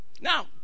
now